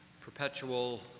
perpetual